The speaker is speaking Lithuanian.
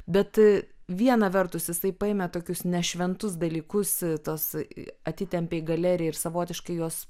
bet viena vertus jisai paėmė tokius nešventus dalykus tas atitempė į galeriją ir savotiškai juos